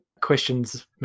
questions